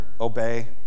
obey